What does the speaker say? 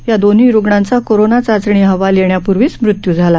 या दोन्ही रुग्णांचा कोरोना चाचणी अहवाल येण्यापूर्वीच मृत्यू झाला